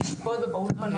בישיבות ובאולפנות.